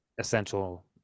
essential